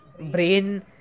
brain